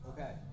Okay